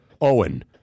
Owen